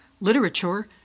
literature